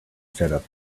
setup